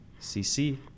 cc